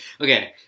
Okay